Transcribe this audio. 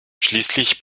schließlich